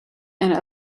and